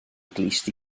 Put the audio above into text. glust